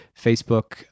Facebook